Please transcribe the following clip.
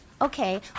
Okay